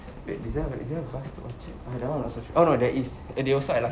wait is there is there a bus to orchard ah that [one] I'm not so sure oh no that is there also at